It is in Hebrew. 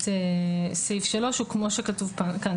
באמת סעיף 3 הוא כמו שכתוב כאן,